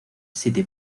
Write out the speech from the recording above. city